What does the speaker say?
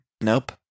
Nope